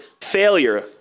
failure